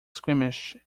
squeamish